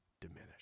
diminish